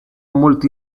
multi